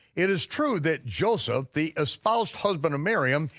it is true that joseph, the espoused husband of miriam,